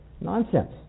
Nonsense